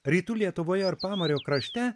rytų lietuvoje ar pamario krašte